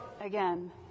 again